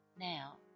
now